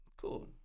cool